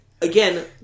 Again